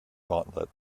gauntlet